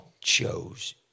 chose